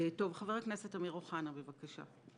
חבר הכנסת אמיר אוחנה, בבקשה.